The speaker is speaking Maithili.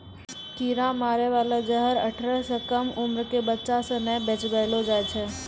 कीरा मारै बाला जहर अठारह बर्ष सँ कम उमर क बच्चा सें नै बेचबैलो जाय छै